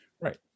Right